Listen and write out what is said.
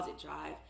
drive